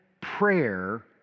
prayer